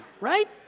right